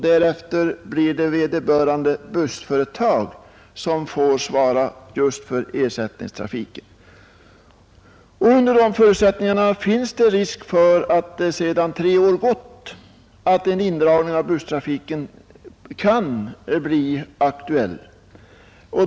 Därefter får vederbörande bussföretag svara för ersättningstrafiken. Då föreligger det risk för att en indragning av busstrafiken kan bli aktuell sedan de tre åren gått.